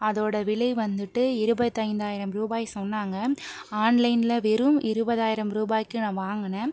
அதோட விலை வந்துட்டு இருபத்தி ஐந்தாயிரம் ரூபாய் சொன்னாங்க ஆன்லைனில் வெறும் இருபதாயிரம் ரூபாய்க்கு நான் வாங்கினேன்